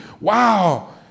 wow